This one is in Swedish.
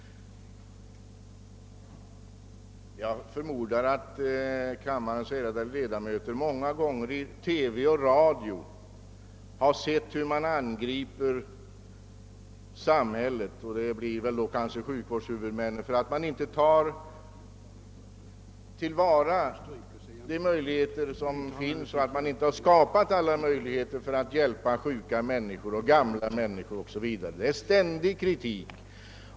Jag förmodar att kammarens ärade ledamöter många gånger har kunnat observera hur samhället och sjukvårdshuvudmännen angrips i massmedia för att inte tillvarataga de möjligheter som finns och för att inte skapa bättre möjligheter att hjälpa sjuka människor, gamla människor o.s.v. Det förekommer en ständig kritik.